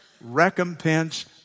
recompense